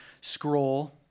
scroll